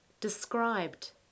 described